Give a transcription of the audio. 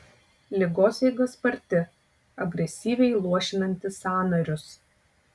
ligos eiga sparti agresyviai luošinanti sąnarius